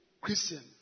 Christian